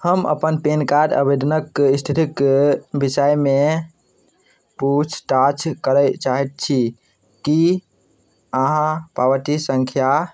हम अपन PAN card आवेदनक स्थितिक विषयमे पूछताछ करय चाहैत छी की अहाँ पावती सङ्ख्या